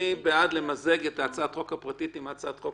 מי בעד למזג את הצעת החוק הפרטית עם הצעת החוק